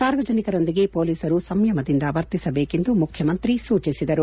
ಸಾರ್ವಜನಿಕರೊಂದಿಗೆ ಮೊಲೀಸರು ಸಂಯಮದಿಂದ ವರ್ತಿಸಬೇಕು ಎಂದು ಮುಖ್ಚಮಂತ್ರಿ ಸೂಚಿಸಿದರು